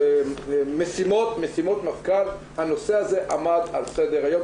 משימות מפכ"ל הנושא הזה עמד על סדר היום.